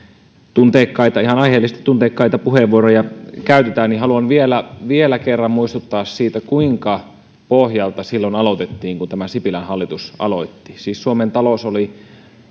tunteikkaita ihan aiheellisesti tunteikkaita puheenvuoroja käytetään niin haluan vielä vielä kerran muistuttaa siitä kuinka pohjalta silloin aloitettiin kun tämä sipilän hallitus aloitti siis suomen talous oli